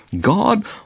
God